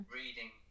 reading